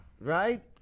right